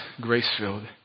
grace-filled